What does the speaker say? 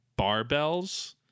barbells